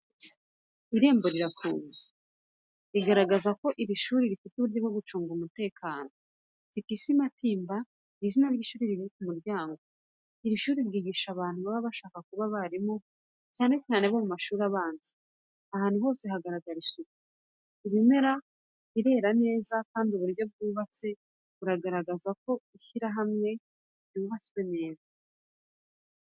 Irembo rirafunze, rigaragaza ko iri shuri rifite uburyo bwo gucunga umutekano. T.T.C MATIMBA ni izina ry’iri shuri riri ku muryango. Iri shuri ryigisha abantu baba bashaka kuba abarimu cyane cyane mu mashuri abanza. Ahantu hose hagaragara isuku, ibimera birera neza kandi uburyo bwubatse buragaragaza ishyirahamwe ryubatswe neza.